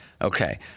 Okay